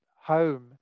home